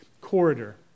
corridor